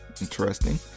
Interesting